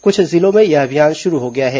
कुछ जिलों में यह अभियान शुरू हो गया है